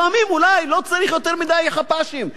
לפעמים אולי לא צריך יותר מדי גנרלים,